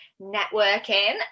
networking